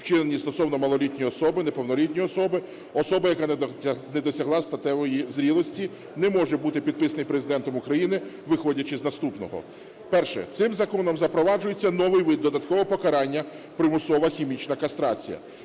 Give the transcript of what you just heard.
вчинені стосовно малолітньої особи, неповнолітньої особи, особи, яка не досягла статевої зрілості, не може бути підписаний Президентом України, виходячи з наступного. Перше. Цим законом запроваджується новий вид додаткового покарання - примусова хімічна кастрація.